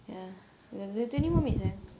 ya twenty more minutes sayang